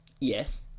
Yes